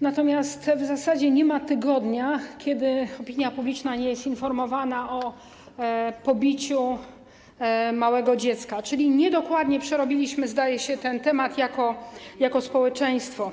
natomiast w zasadzie nie ma tygodnia, żeby opinia publiczna nie była informowana o pobiciu małego dziecka, czyli niedokładnie przerobiliśmy, zdaje się, ten temat jako społeczeństwo.